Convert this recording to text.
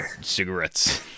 cigarettes